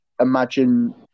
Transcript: imagine